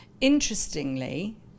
Interestingly